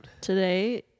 Today